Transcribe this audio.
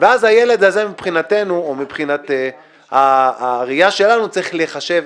והילד הזה מבחינתנו או מבחינת הראייה שלנו צריך להיחשב